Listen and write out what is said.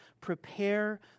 prepare